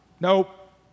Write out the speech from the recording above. Nope